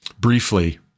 Briefly